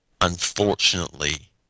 Unfortunately